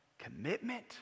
commitment